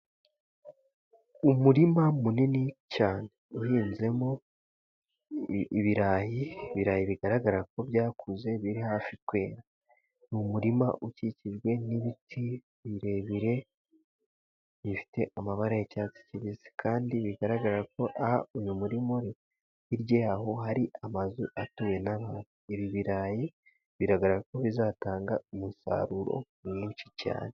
Umurima munini cyane uhinzemo ibirayi, ibirayi bigaragara ko byakuze biri hafi kwera, mu umurima ukikijwe n'ibiti birebire bifite amabara y'icyatsi kibisi, kandi bigaragara ko aha uyu muri muri hirya yaho hari amazu atuwe n'abantu. Ibi birarayi biragaragara ko bizatanga umusaruro mwinshi cyane.